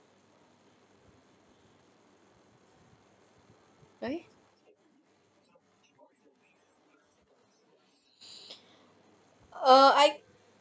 why err I